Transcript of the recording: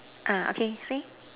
uh okay say